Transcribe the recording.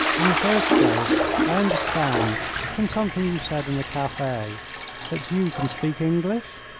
in the first place, i understand from something you said in the cafe that you can speak english?